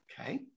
Okay